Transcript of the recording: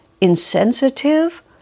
insensitive